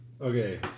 okay